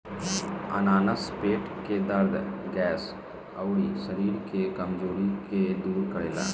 अनानास पेट के दरद, गैस, अउरी शरीर के कमज़ोरी के दूर करेला